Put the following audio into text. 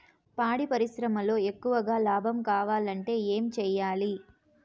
పాడి పరిశ్రమలో ఎక్కువగా లాభం కావాలంటే ఏం చేయాలి?